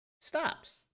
stops